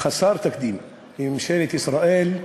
חסר תקדים מממשלת ישראל,